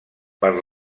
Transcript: per